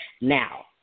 Now